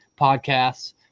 podcasts